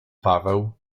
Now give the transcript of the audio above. paweł